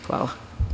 Hvala.